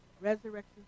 Resurrection